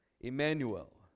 Emmanuel